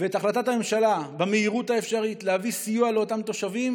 ואת החלטת הממשלה במהירות האפשרית להביא סיוע לאותם תושבים.